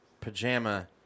pajama